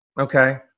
Okay